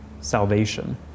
salvation